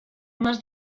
más